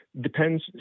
depends